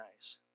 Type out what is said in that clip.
nice